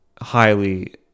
highly